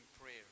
prayer